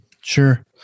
Sure